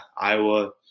Iowa